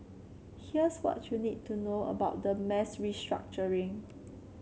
here's what you need to know about the mass restructuring